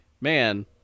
man